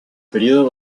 periodo